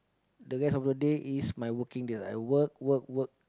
the rest of the day is my working day I work work work